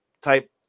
type